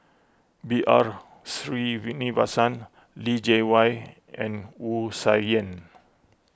B R Sreenivasan Li Jiawei and Wu Tsai Yen